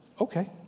Okay